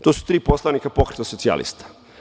To su tri poslanika Pokreta socijalista.